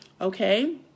okay